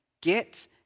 get